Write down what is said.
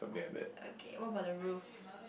okay what about the roof